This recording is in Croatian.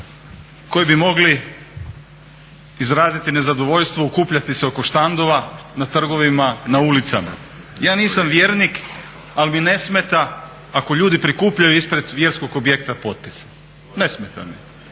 koji bi mogli izraziti nezadovoljstvo, okupljati se oko štandova na trgovima, na ulicama. Ja nisam vjernik ali mi ne smeta ako ljudi prikupljaju ispred vjerskog objekta potpise, ne smeta mi